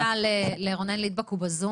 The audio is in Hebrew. בוא ניתן שנייה לרונן ליטבאק, הוא בזום.